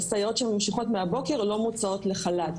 סייעות שממשיכות מהבוקר לא מוצאות לחל"ת.